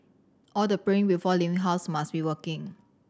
all the praying before leaving house must be working